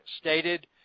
stated